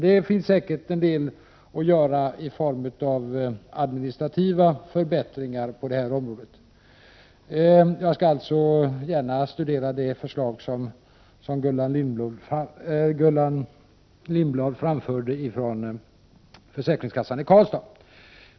Det finns säkert en del att göra i form av administrativa förbättringar på området. Jag skall alltså gärna studera de förslag som Gullan Lindblad framförde från försäkringskassan i Karlstad.